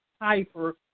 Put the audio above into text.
hyper